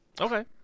okay